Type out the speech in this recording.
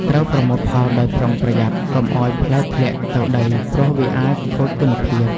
ត្រូវប្រមូលផលដោយប្រុងប្រយ័ត្ន កុំឲ្យផ្លែធ្លាក់ទៅដីព្រោះវាអាចខូចគុណភាព។